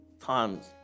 times